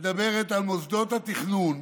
מדברת על מוסדות התכנון,